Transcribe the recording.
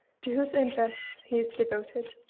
to whose interests he is devoted.